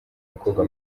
mukobwa